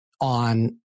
on